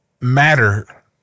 matter